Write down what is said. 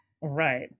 Right